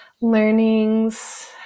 learnings